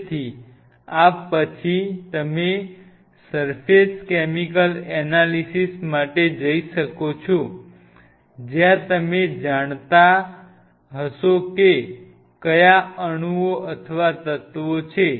તેથી આ પછી તમે સર્ફેસ કેમિકલ એનાલિસિસ માટે જઈ શકો છો જ્યાં તમે જાણતા હશો કે કયા અણુઓ અથવા તત્વો છે